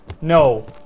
No